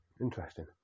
Interesting